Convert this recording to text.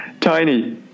Tiny